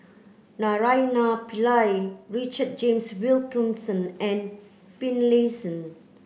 Naraina Pillai Richard James Wilkinson and Finlayson